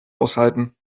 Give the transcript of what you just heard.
aushalten